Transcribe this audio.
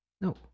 No